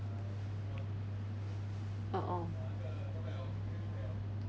uh mm